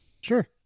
Sure